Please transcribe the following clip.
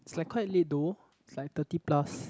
is like quite late though is like thirty plus